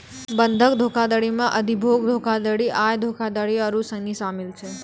बंधक धोखाधड़ी मे अधिभोग धोखाधड़ी, आय धोखाधड़ी आरु सनी शामिल छै